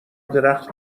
درخت